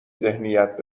ذهنیت